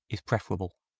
is preferable.